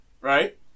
right